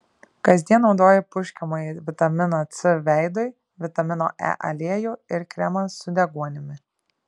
kasdien naudoju purškiamąjį vitaminą c veidui vitamino e aliejų ir kremą su deguonimi